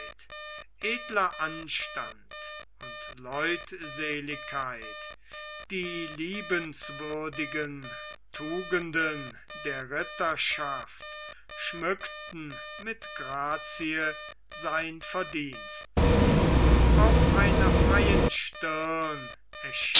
edler anstand und leutseligkeit die liebenswürdigen tugenden der ritterschaft schmückten mit grazie sein verdienst auf einer freien stirn